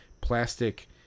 plastic